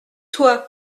toi